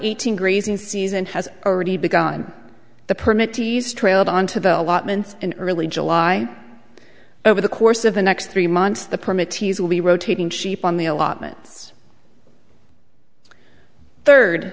eighteen grazing season has already begun the permit to use trailed on to the allotments in early july over the course of the next three months the permit tees will be rotating sheep on the allotments third